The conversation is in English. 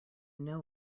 know